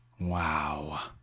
Wow